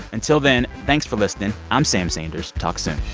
until then, thanks for listening. i'm sam sanders. talk soon